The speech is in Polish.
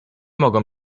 mogą